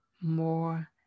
More